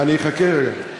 אני אחכה רגע.